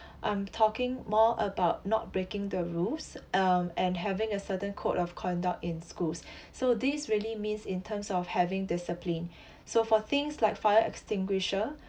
I'm talking more about not breaking the rules um and having a certain code of conduct in schools so this really means in terms of having discipline so for things like fire extinguisher